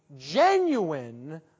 genuine